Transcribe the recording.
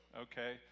okay